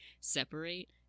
separate